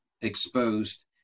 exposed